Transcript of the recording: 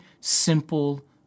simple